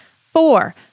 Four